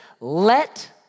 let